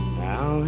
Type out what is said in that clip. now